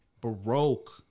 Baroque